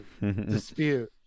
dispute